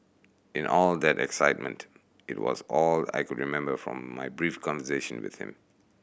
in all that excitement it was all I could remember from my brief conversation with him